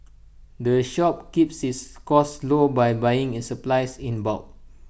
the shop keeps its costs low by buying its supplies in bulk